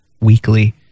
weekly